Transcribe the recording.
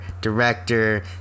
director